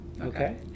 Okay